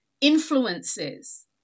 influences